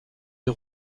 des